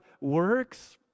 works